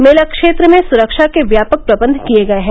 मेला क्षेत्र में सुरक्षा के व्यापक प्रबंध किये गये हैं